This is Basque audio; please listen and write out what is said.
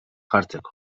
jartzeko